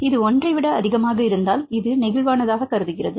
இது 1 ஐ விட அதிகமாக இருந்தால் இது ஒரு நெகிழ்வானதாக கருதுகிறது